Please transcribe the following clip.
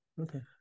Okay